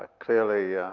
ah clearly,